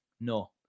No